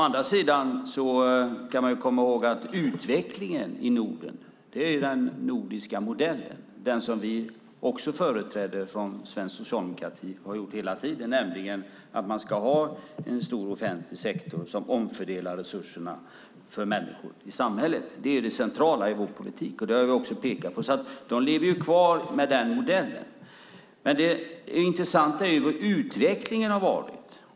Ändå kan man komma ihåg att utvecklingen i Norden beror på den nordiska modellen, som vi också företräder från svensk socialdemokrati och har gjort hela tiden, nämligen att man ska ha en stor offentlig sektor som omfördelar resurserna för människor i samhället. Det är det centrala i vår politik. Det har vi också pekat på. De lever ju kvar med den modellen. Det intressanta är hur utvecklingen har varit.